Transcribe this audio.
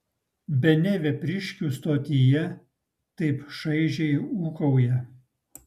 bene vepriškių stotyje taip šaižiai ūkauja